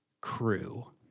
crew